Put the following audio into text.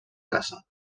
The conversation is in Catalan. casa